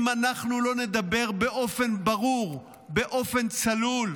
אם אנחנו לא נדבר באופן ברור, באופן צלול,